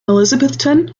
elizabethton